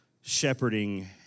shepherding